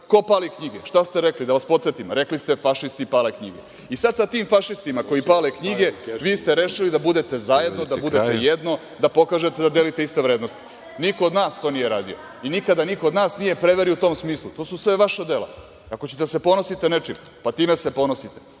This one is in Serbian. ko pali knjige, šta ste rekli? Da vas podsetim, rekli ste – fašisti pale knjige. Sada sa tim fašistima koji pale knjige vi ste rešili da bude zajedno, da budete jedno, da pokažete da delite iste vrednosti. Niko od nas to nije radio i nikada niko od nas nije prevario u tom smislu. To su sve vaša dela. Ako ćete da se ponosite nečim, pa time se ponosite.